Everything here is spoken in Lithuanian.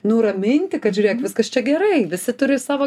nuraminti kad žiūrėk viskas čia gerai visi turi savo